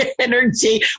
energy